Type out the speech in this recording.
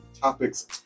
Topics